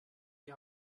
die